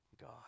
God